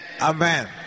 Amen